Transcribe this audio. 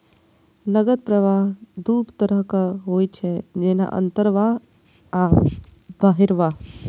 नकद प्रवाह दू तरहक होइ छै, जेना अंतर्वाह आ बहिर्वाह